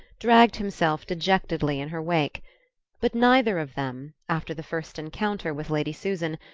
dragged himself dejectedly in her wake but neither of them, after the first encounter with lady susan,